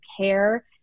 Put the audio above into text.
care